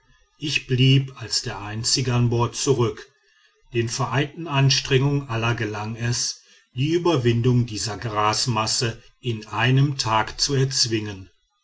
ich blieb als der einzige an bord zurück den vereinigten anstrengungen aller gelang es die überwindung dieser grasmasse in einem tag zu erzwingen